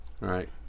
Right